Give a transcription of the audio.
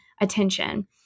attention